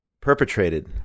perpetrated